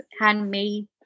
handmade